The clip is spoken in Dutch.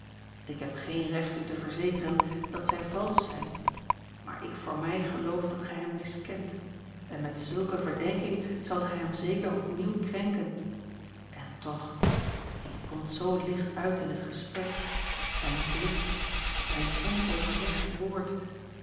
ik heb geen recht u te verzekeren dat zij valsch zijn maar ik voor mij geloof dat gij hem miskent en met zulke verdenking zoudt gij hem zeker opnieuw krenken en toch die komt zoo licht uit in het gesprek bij een blik bij een onoverlegd woord